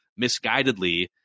misguidedly